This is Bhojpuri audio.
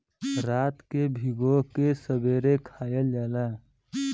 रात के भिगो के सबेरे खायल जाला